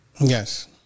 Yes